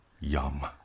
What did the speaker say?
yum